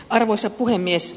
arvoisa puhemies